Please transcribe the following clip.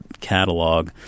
catalog